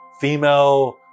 female